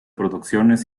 producciones